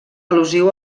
al·lusiu